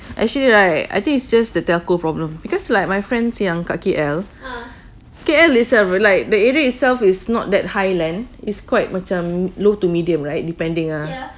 actually right I think it's just the telco problem because like my friend's kat K_L K_L itself like the area itself is not that highland it's quite macam low to medium right depending ah